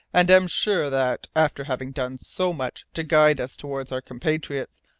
and am sure that, after having done so much to guide us towards our compatriots,